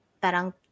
parang